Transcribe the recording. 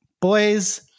boys